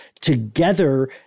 together